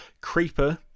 Creeper